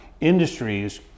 industries